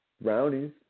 brownies